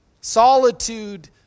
Solitude